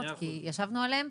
כי ישבנו עליהן.